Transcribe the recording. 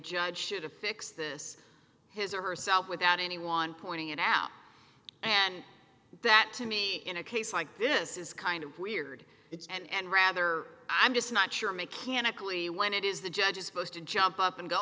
judge should affix this his or herself without anyone pointing it out and that to me in a case like this is kind of weird it's and rather i'm just not sure mechanically when it is the judge is supposed to jump up and go